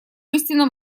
истинном